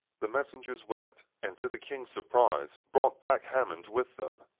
the messengers went, and, to the king's surprise, brought back hammond with them.